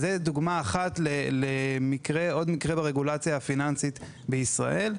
זוהי דוגמה אחת לעוד מקרה ברגולציה הפיננסית בישראל.